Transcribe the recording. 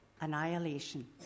annihilation